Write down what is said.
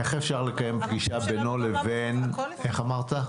איך אפשר לקיים פגישה בינו לבין מי אמרת?